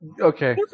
Okay